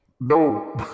No